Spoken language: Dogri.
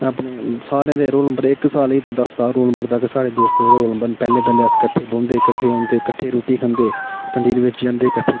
अपने सारे दे रोल नम्बर इक दस तक रोल नम्बर दा गै साढ़े दोस्तें दे गै रोल नम्बर न पैह्ले पैह्ले अस कट्ठे बौहन्दे कट्ठे औंदे कट्ठे रुट्टी खांदे कैन्टीन बिच्च जन्दे कट्ठे